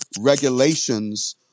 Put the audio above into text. regulations